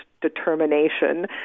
determination